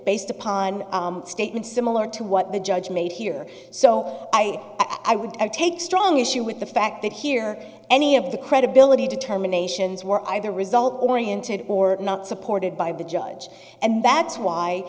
based upon statements similar to what the judge made here so i i would take strong issue with the fact that here any of the credibility determinations were either result oriented or not supported by the judge and that's why